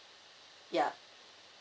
ya